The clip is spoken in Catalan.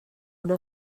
una